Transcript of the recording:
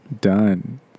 done